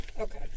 Okay